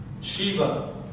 Shiva